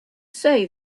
say